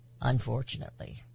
unfortunately